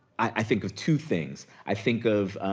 i think of two things. i think of,